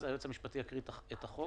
אז היועץ המשפטי יקרא את החוק.